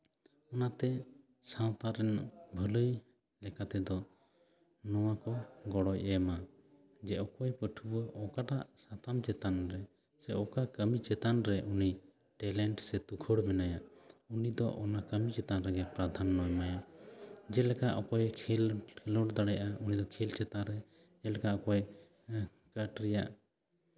ᱚᱱᱟᱛᱮ ᱥᱟᱶᱛᱟ ᱨᱮᱱ ᱵᱷᱟᱹᱞᱹᱭ ᱞᱮᱠᱟᱛᱮ ᱱᱚᱣᱟ ᱠᱚ ᱜᱚᱲᱚᱭ ᱮᱢᱟ ᱡᱮ ᱚᱠᱚᱭ ᱯᱟᱹᱴᱷᱩᱣᱟᱹ ᱚᱠᱟᱴᱟᱜ ᱥᱟᱛᱟᱢ ᱪᱮᱛᱟᱱ ᱨᱮ ᱥᱮ ᱚᱠᱟ ᱪᱮᱛᱟᱱ ᱨᱮ ᱩᱱᱤ ᱴᱮᱞᱮᱱᱴ ᱥᱮ ᱛᱩᱠᱷᱚᱲ ᱢᱮᱱᱟᱭᱟ ᱩᱱᱤ ᱫᱚ ᱚᱱᱟ ᱠᱟᱹᱢᱤ ᱪᱮᱛᱟᱱ ᱨᱮᱜᱮ ᱯᱨᱟᱫᱷᱟᱱᱱᱚ ᱮᱢᱟᱭᱟ ᱡᱮᱞᱮᱠᱟ ᱚᱠᱚᱭᱮ ᱠᱷᱮᱞ ᱠᱷᱮᱞᱳᱰ ᱫᱟᱲᱮᱭᱟᱜᱼᱟ ᱩᱱᱤ ᱫᱚ ᱠᱷᱮᱞ ᱪᱮᱛᱟᱱ ᱨᱮ ᱡᱮᱞᱮᱠᱟ ᱚᱠᱚᱭ ᱠᱟᱴᱷ ᱨᱮᱭᱟᱜ